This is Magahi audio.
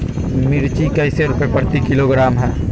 मिर्च कैसे रुपए प्रति किलोग्राम है?